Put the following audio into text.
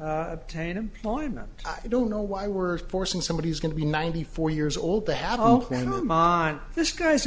obtain employment i don't know why we're forcing somebody who's going to be ninety four years old to have and i'm on this guy's a